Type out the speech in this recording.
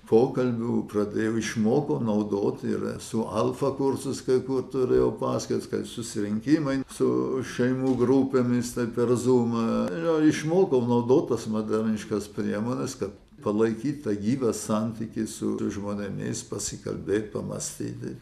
pokalbių pradėjau išmokau naudoti ir esu alfa kursus kai kur turėjau paskaitas kad susirinkimai su šeimų grupėmis tai per zumą išmokau naudot tas moderniškas priemones kad palaikyt tą gyvą santykį su žmonėmis pasikalbėt pamąstyti